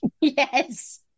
Yes